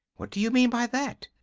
what do you mean by that?